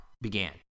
began